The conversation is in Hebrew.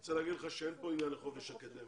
אני רוצה להגיד לך שאין לזה עניין לחופש אקדמי.